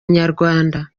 inyarwanda